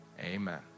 Amen